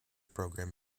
program